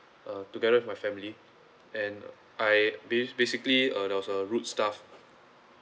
uh together with my family and I base basically uh there was a rude staff